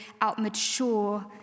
outmature